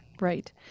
right